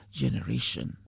generation